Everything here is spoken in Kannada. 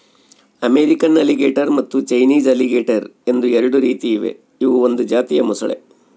ಅಮೇರಿಕನ್ ಅಲಿಗೇಟರ್ ಮತ್ತು ಚೈನೀಸ್ ಅಲಿಗೇಟರ್ ಎಂದು ಎರಡು ರೀತಿ ಇವೆ ಇವು ಒಂದು ಜಾತಿಯ ಮೊಸಳೆ